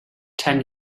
ten